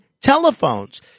telephones